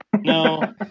No